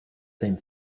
same